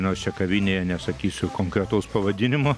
nors čia kavinėje nesakysiu konkretaus pavadinimo